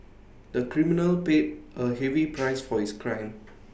the criminal paid A heavy price for his crime